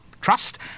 trust